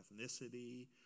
ethnicity